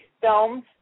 films